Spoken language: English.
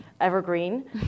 evergreen